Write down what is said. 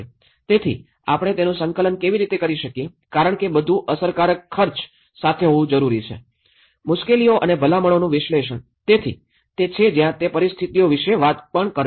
તેથી આપણે તેનું સંકલન કેવી રીતે કરી શકીએ કારણ કે બધું અસરકારક ખર્ચ સાથે હોવું જરૂરી છે મુશ્કેલીઓ અને ભલામણોનું વિશ્લેષણ તેથી તે છે જ્યાં તે પરિસ્થિતિઓ વિશે વાત કરે છે